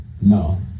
No